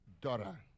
Dora